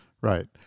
right